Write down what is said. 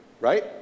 right